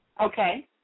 Okay